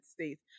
States